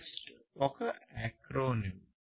REST ఒక acronym